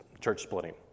church-splitting